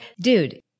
dude